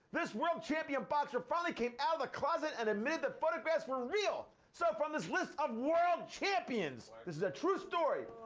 this world champion boxer finally came out of the closet and admitted the photographs were real. so from this list of world champions, this is a true story.